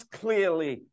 clearly